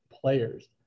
players